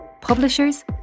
publishers